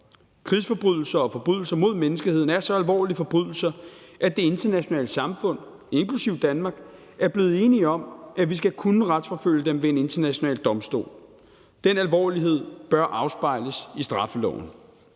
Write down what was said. Krigsforbrydelser og forbrydelser mod menneskeheden er så alvorlige forbrydelser, at det internationale samfund, inklusive Danmark, er blevet enige om, at vi skal kunne retsforfølge dem ved en international domstol. Den alvorlighed bør afspejles i straffeloven.